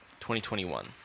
2021